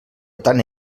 tant